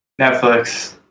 Netflix